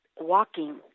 walking